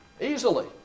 Easily